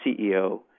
CEO